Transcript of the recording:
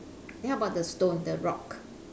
then how about the stone the rock